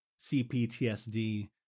CPTSD